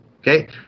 Okay